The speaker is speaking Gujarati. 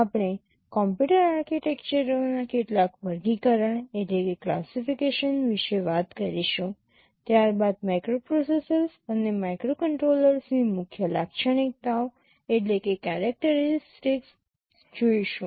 આપણે કમ્પ્યુટર આર્કિટેક્ચરોના કેટલાક વર્ગીકરણ વિશે વાત કરીશું ત્યારબાદ માઇક્રોપ્રોસેસર્સ અને માઇક્રોકન્ટ્રોલર્સની મુખ્ય લાક્ષણિકતાઓ જોઈશું